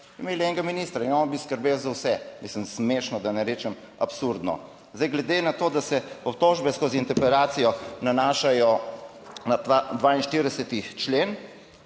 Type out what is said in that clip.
imeli, enega ministra in on bi skrbel za vse. Mislim, smešno, da ne rečem absurdno. Zdaj, glede na to, da se obtožbe skozi interpelacijo nanašajo na 42. člen